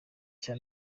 cya